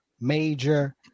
major